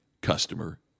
customer